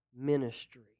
ministry